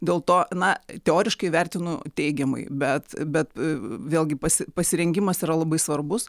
dėl to na teoriškai vertinu teigiamai bet bet vėlgi pasi pasirengimas yra labai svarbus